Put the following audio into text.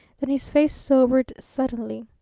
then his face sobered suddenly.